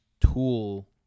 tool